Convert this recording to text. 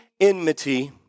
enmity